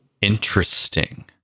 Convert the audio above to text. Interesting